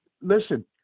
Listen